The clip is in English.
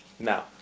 Now